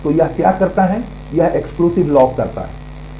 तो यह क्या करता है यह एक एक्सक्लूसिव लॉक करता है